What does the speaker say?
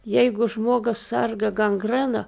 jeigu žmogus serga gangrena